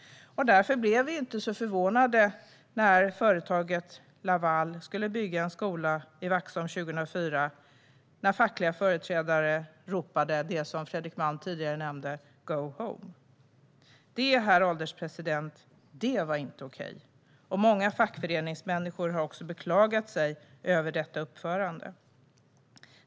Därför blev vi inte så förvånade när företaget Laval skulle bygga en skola i Vaxholm 2004 och fackliga företrädare ropade det som Fredrik Malm tidigare nämnde: Go home! Det, herr ålderspresident, var inte okej, och många fackföreningsmänniskor har också beklagat detta uppförande.